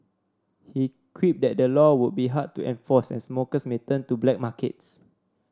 he quipped that the law would be hard to enforce and smokers may turn to black markets